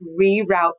reroute